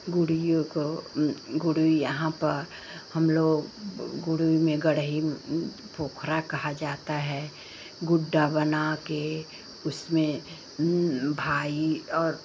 गुड़िओ को गुड़ी यहाँ पर हमलोग गुड़ी में गढ़ई पोखरा कहा जाता है गुड्डा बनाकर उसमें भाई और